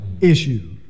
issue